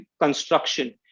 construction